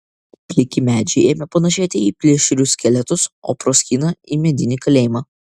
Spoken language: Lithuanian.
pliki medžiai ėmė panėšėti į plėšrius skeletus o proskyna į medinį kalėjimą